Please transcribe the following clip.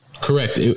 Correct